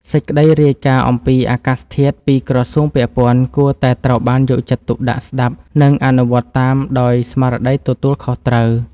សេចក្តីរាយការណ៍អំពីអាកាសធាតុពីក្រសួងពាក់ព័ន្ធគួរតែត្រូវបានយកចិត្តទុកដាក់ស្ដាប់ និងអនុវត្តតាមដោយស្មារតីទទួលខុសត្រូវ។